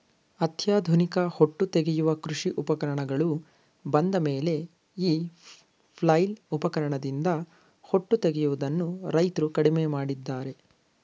ಅತ್ಯಾಧುನಿಕ ಹೊಟ್ಟು ತೆಗೆಯುವ ಕೃಷಿ ಉಪಕರಣಗಳು ಬಂದಮೇಲೆ ಈ ಫ್ಲೈಲ್ ಉಪಕರಣದಿಂದ ಹೊಟ್ಟು ತೆಗೆಯದನ್ನು ರೈತ್ರು ಕಡಿಮೆ ಮಾಡಿದ್ದಾರೆ